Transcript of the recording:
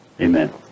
Amen